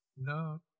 No